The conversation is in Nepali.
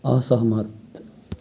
असहमत